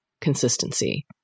consistency